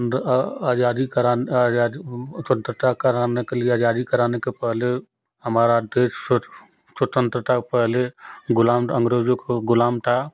पंद्रह आ आज़ादी कराने आ आज़ादी स्वतंत्रता कराने के लिए जारी कराने के पहले हमारा देश स्वतंत्रता पहले गुलाम अंग्रेज़ों को गुलाम था